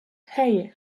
hey